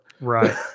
Right